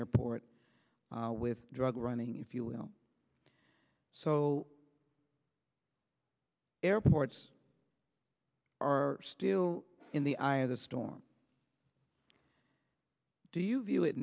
airport with drug running if you will so airports are still in the eye of the storm do you view it